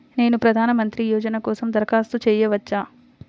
నేను ప్రధాన మంత్రి యోజన కోసం దరఖాస్తు చేయవచ్చా?